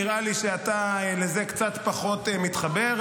נראה לי שלזה אתה קצת פחות מתחבר,